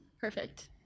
Perfect